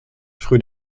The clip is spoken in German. früh